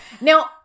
Now